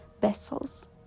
vessels